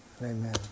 Amen